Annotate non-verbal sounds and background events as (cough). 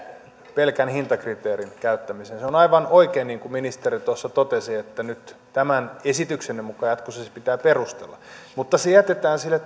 pelkän hintakriteerin käyttämiseen on aivan oikein niin kuin ministeri tuossa totesi että nyt tämän esityksenne mukaan jatkossa se se pitää perustella mutta se jätetään sille (unintelligible)